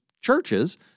churches